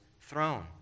throne